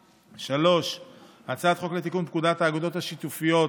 3. הצעת חוק לתיקון פקודת האגודות השיתופיות